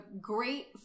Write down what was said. great